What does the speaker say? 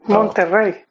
Monterrey